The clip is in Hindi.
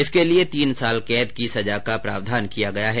इसके लिर्य तीन साल कैद की सजा का प्रावधान किया गया है